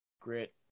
grit